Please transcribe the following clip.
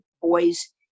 boys